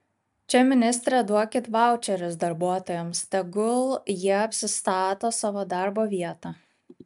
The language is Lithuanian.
čia ministre duokit vaučerius darbuotojams tegul jie apsistato savo darbo vietą